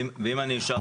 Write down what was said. ואם אישרתי?